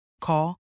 Call